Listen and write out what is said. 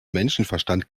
menschenverstand